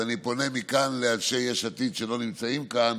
אז אני פונה מכאן לאנשי יש עתיד, שלא נמצאים כאן.